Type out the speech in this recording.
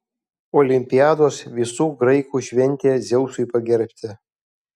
olimpiados visų graikų šventė dzeusui pagerbti